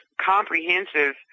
comprehensive